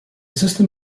system